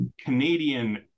canadian